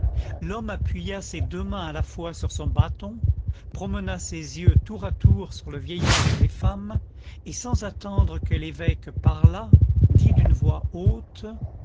l'homme appuya ses deux mains à la fois sur son bâton promena ses yeux tour à tour sur le vieillard et les femmes et sans attendre que l'évêque parlât dit d'une voix haute